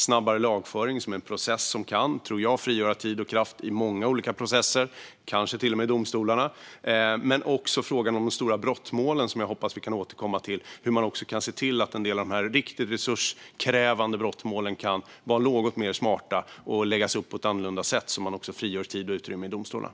Snabbare lagföring är något som jag tror kan frigöra tid och kraft i många olika processer, kanske till och med i domstolarna. Det handlar också om frågan om de stora brottmålen, som jag hoppas att vi kan återkomma till. Hur kan man se till att en del av de riktigt resurskrävande brottmålen kan läggas upp på ett annorlunda sätt, så att det också frigörs tid och utrymme i domstolarna?